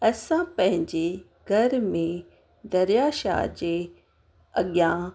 असां पंहिंजी घर में दरियाशाह जे अॻियां